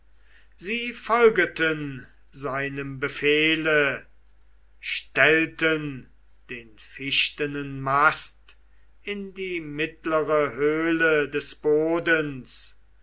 sie folgeten seinem befehle stellten den fichtenen mast in die mittlere höhle des bodens